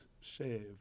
shave